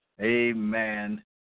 Amen